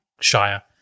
shire